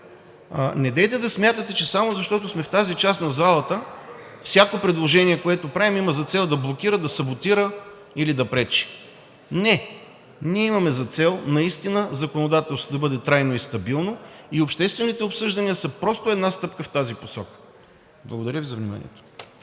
Недейте да смятате, че само защото сме в тази част на залата, всяко предложение, което правим, има за цел да блокира, да саботира или да пречи. Не, ние имаме за цел наистина законодателството да бъде трайно и стабилно и обществените обсъждания са просто една стъпка в тази посока. Благодаря Ви за вниманието.